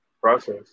process